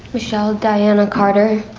michelle diana carter,